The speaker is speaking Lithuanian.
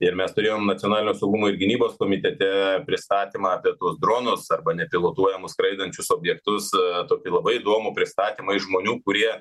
ir mes turėjom nacionalinio saugumo ir gynybos komitete pristatymą apie tuos dronus arba nepilotuojamus skraidančius objektus i tokį labai įdomų pristatymą iš žmonių kurie